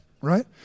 right